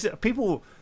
people